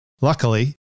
Luckily